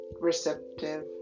receptive